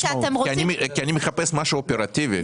אני מחפש משהו אופרטיבי,